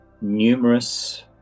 numerous